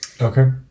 Okay